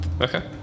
Okay